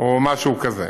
או משהו כזה,